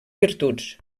virtuts